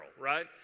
right